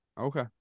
Okay